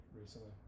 recently